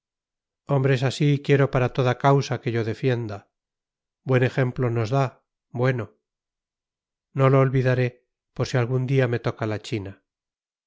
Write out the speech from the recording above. hombres así quiero para toda causa que yo defienda buen ejemplo nos da bueno no lo olvidaré por si algún día me toca la china